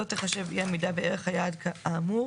לא תיחשב אי עמידה בערך היעד האמור,